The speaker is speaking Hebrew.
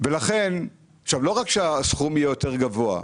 לא רק שהסכום יהיה יותר גבוה.